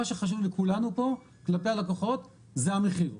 שחשוב לכולנו פה כלפי הלקוחות זה המחיר.